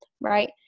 right